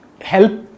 help